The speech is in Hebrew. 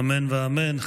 אמן ואמן.